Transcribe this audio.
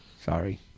Sorry